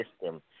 system